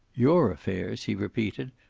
your affairs! he repeated.